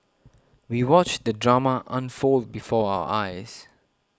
we watched the drama unfold before our eyes